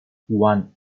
one